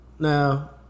Now